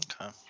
Okay